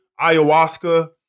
ayahuasca